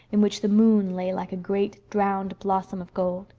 in which the moon lay like a great, drowned blossom of gold.